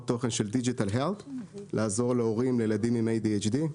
תוכן של --- לעזור להורים לילדים עם ADHD ,